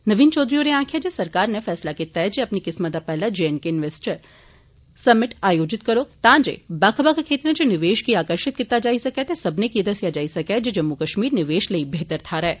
नवीन चौघरी होरें आक्खेआ जे सरकार नै फैसला कीता ऐ जे ओ अपनी किस्मा दा पैहला जेएण्डके इन्वेस्टर्स समिट आयोजित करोग तां जे बक्ख बक्ख क्षेत्र इच निवेश गी आकर्षित कीता जाई सकै ते सब्बनें गी एह् दस्सेआ जाई सकै जे जम्मू कश्मीर निवेश लेई बेहतर थाहर ऐ